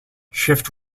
shift